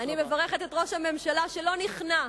אני מברכת את ראש הממשלה שלא נכנע